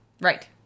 Right